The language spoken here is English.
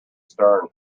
stern